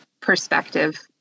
perspective